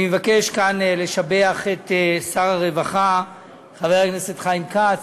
אני מבקש כאן לשבח את שר הרווחה חבר הכנסת חיים כץ,